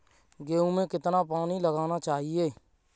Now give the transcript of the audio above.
गेहूँ में कितना पानी लगाना चाहिए?